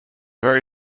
very